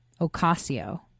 ocasio